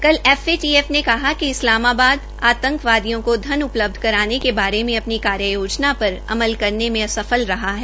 कल एफएटीएफ ने कहा कि इस्लामाबाद आतंकवादियों को धन उपलब्ध कराने के बारे में अपनी कार्य योजना पर अमल करने में असफल रहा है